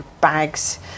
bags